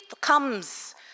comes